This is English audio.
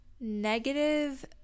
negative